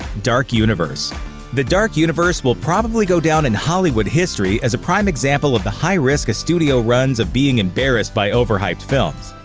dark universe the dark universe will probably go down in hollywood history as a prime example of the high risk a studio runs of being embarrassed by overhyped films.